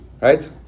right